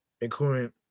including